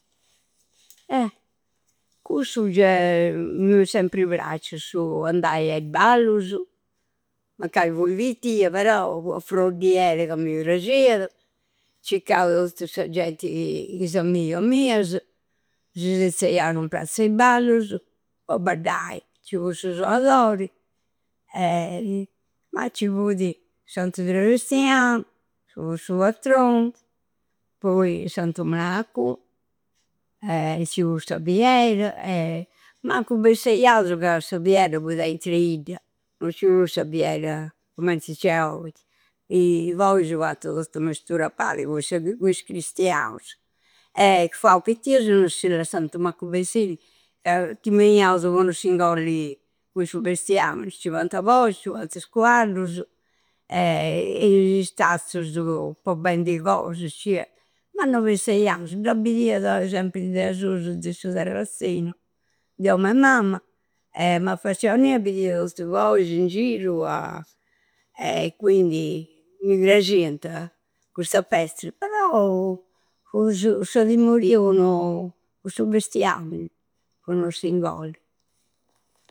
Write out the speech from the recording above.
Eh! Cussa già m'è sempri pracciu su andai a i ballusu mancai fui pittia però, fui affrodiera ca mi prasciada. Ciccau tottu sa genti, is amigas miasa, si sezzeiau in prazza e i ballusu, po baddai. Ci fu su soadori e ma ci fudi Santu Sebastiau, su patronu. Pai, Santu Mracu e sa fiera e. Mancu besseiausu ca su fiera fudi aintra e idda; non ci fu sa fiera cummenti c'è oi. I fousu fuanta tottusu mesturau appari po. Po is cristiausu. E fuau pittusu e non si lassanta mancu bessiri e, timmeiausu po non s'ingolli cun su bestiammini. Ci fuanta bois, ci fuanta is cuaddusu e e is stazzusu po, po bendi cosas. Ma no besseiausu, da bidiada sempri de asusu de su terrazinu; deu e mamma e m'affacciaiu innia e bidiu tottu boisi in giru ca. E quindi mi prascianta custa festa. Però prusu sa timmoria po su bestiammini, po non s'ingolli.